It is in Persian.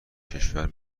کشور